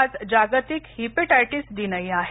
आज जागतिक हिपेटायटीस दिनही आहे